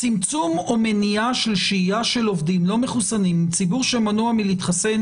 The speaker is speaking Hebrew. צמצום או מניעה של שהייה של עובדים לא מחוסנים עם ציבור שמנוע מלהתחסן